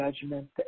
judgment